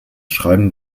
schreiben